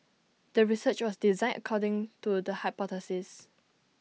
the research was designed according to the hypothesis